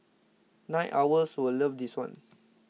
night owls will love this one